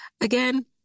again